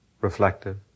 reflective